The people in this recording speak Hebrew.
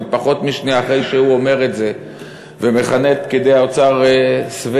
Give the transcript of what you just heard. ופחות משנייה אחרי שהוא אומר את זה מכנה את פקידי האוצר "שבעים",